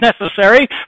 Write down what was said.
necessary